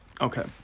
Okay